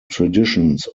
traditions